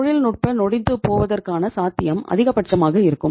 தொழில்நுட்ப நொடித்துப்போவதற்கான சாத்தியம் அதிகபட்சமாக இருக்கும்